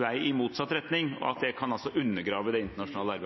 vei i motsatt retning, og at det kan undergrave det internasjonale